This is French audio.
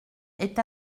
est